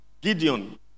Gideon